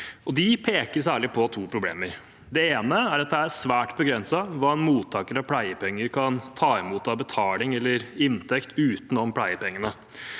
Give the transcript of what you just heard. De peker særlig på to problemer. Det ene er at det er svært begrenset hva en mottaker av pleiepenger kan ta imot av betaling eller inntekt utenom pleiepengene.